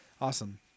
awesome